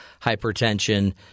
hypertension